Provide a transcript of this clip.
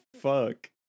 fuck